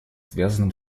связанным